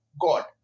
God